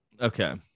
okay